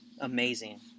Amazing